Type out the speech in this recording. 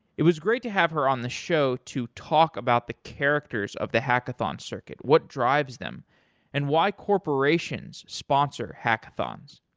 it was great to have her on the show to talk about the characters of the hackathon circuit, what drives them and why corporations sponsor hackathons.